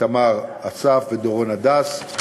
איתמר אסף ודורון הדס.